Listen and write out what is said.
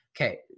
Okay